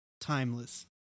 timeless